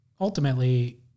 ultimately